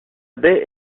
baie